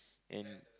in